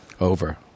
over